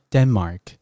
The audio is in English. Denmark